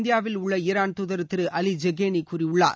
இந்தியாவிலுள்ள ஈரான் தூதர் திரு அவி செகேனி கூறியுள்ளார்